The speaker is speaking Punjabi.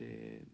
ਅਤੇ